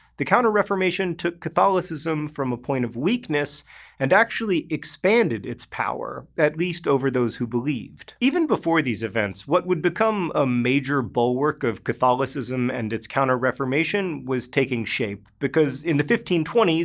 the counter-reformation took catholicism from a point of weakness and actually expanded its power. at least over those who believed. even before these events, what would become a major bulwark of catholicism and its counter-reformation was taking shape. because in the fifteen twenty s,